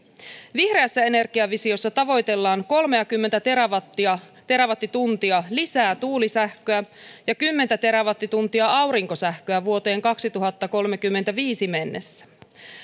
vihreässä energiavisiossa tavoitellaan kolmeakymmentä terawattituntia terawattituntia lisää tuulisähköä ja kymmentä terawattituntia aurinkosähköä vuoteen kaksituhattakolmekymmentäviisi mennessä